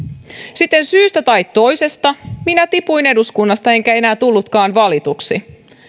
sitten syystä tai toisesta minä tipuin eduskunnasta enkä enää tullutkaan valituksi